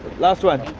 last one.